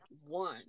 one